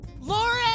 Lauren